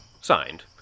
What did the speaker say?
Signed